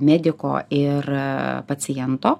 mediko ir paciento